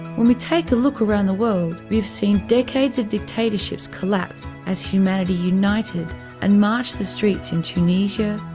when we take a look around the world, we have seen decades of dictatorships collapse, as humanity united and march the streets in tunisia,